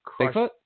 Bigfoot